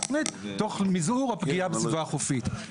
תוכנית תוך מזעור הפגיעה בסביבה החופית.